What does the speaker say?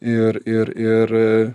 ir ir ir